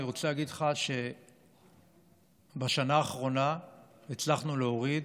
אני רוצה להגיד לך שבשנה האחרונה הצלחנו להוריד,